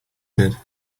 did